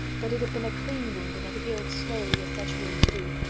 but it had been a clean wound and had healed slowly, as such wounds do,